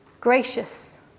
gracious